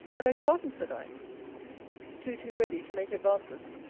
i beg pardon, said i too-too ready to make advances,